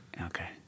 okay